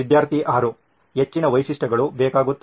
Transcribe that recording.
ವಿದ್ಯಾರ್ಥಿ 6 ಹೆಚ್ಚಿನ ವೈಶಿಷ್ಟ್ಯಗಳು ಬೇಕಾಗುತ್ತವೆ